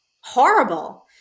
horrible